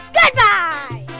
goodbye